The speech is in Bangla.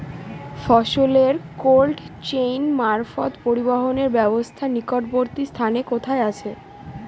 ফসলের কোল্ড চেইন মারফত পরিবহনের ব্যাবস্থা নিকটবর্তী স্থানে কোথায় আছে?